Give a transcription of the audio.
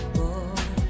boy